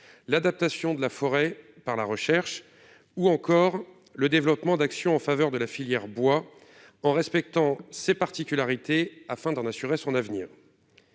l'adaptation de la forêt par la recherche et le développement d'actions en faveur de la filière bois, dans le respect de ses particularités, afin d'assurer son avenir.